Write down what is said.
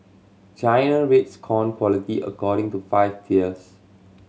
China rates corn quality according to five tiers